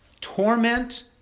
Torment